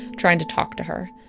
trying to talk to her.